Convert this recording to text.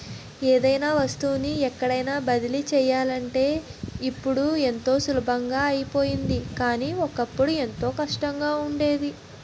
ఏదైనా వస్తువుని ఎక్కడికైన బదిలీ చెయ్యాలంటే ఇప్పుడు ఎంతో సులభం అయిపోయింది కానీ, ఒకప్పుడు ఎంతో కష్టంగా ఉండేది